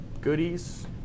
goodies